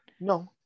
no